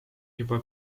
juba